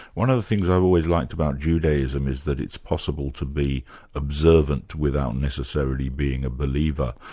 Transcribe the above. one of the things i've always liked about judaism is that it's possible to be observant without necessarily being a believer.